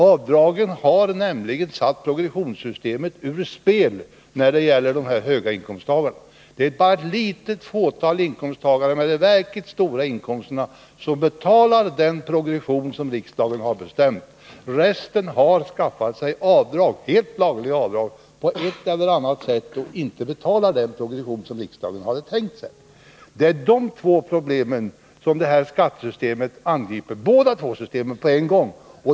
Avdragen har nämligen satt progressionssystemet ur spel när det gäller höginkomsttagarna. Det är bara ett litet fåtal inkomsttagare med de verkligt höga inkomsterna som betalar den progression som riksdagen har bestämt. Resten har skaffat sig helt lagliga avdrag på ett eller annat sätt och betalar inte den progression som riksdagen hade tänkt sig. Det är båda dessa problem i kombination som vårt förslag till skattesystem angriper.